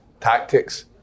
tactics